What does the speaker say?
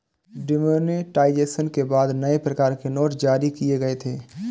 demonetisation के बाद नए प्रकार के नोट जारी किए गए थे